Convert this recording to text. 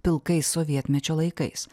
pilkais sovietmečio laikais